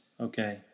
okay